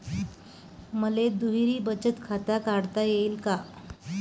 मले दुहेरी बचत खातं काढता येईन का?